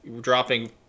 dropping